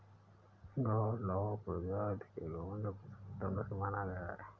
गावलाव प्रजाति के गोवंश को सर्वोत्तम नस्ल माना गया है